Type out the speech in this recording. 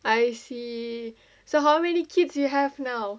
I see so how many kids you have now